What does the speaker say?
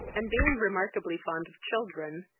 and, being remarkably fond of children,